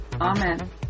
Amen